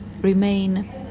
remain